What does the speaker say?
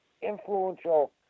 influential